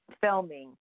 filming